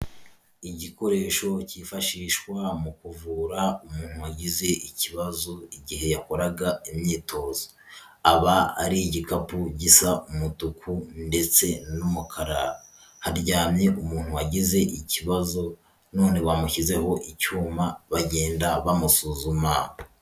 Igikoresho cyifashishwa mu kuvura umuntu wagize ikibazo igihe yakoraga imyitozo, aba ari igikapu gisa umutuku ndetse n'umukara, haryamye umuntu wagize ikibazo none bamushyizeho icyuma bagenda bamusuzuma.